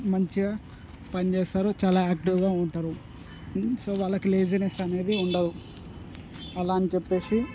మంచిగా పని చేస్తారు చాలా యాక్టివ్గా ఉంటారు సో వాళ్ళకి లేజినెస్ అనేది ఉండవు అలా అని చెప్పేసి